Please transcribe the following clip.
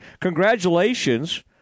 congratulations